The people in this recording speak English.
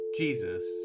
Jesus